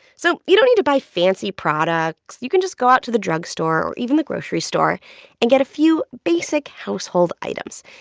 so you don't need to buy fancy products. you can just go out to the drugstore or even the grocery store and get a few basic household items.